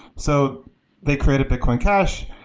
so they created bitcoin cash.